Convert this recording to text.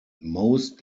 most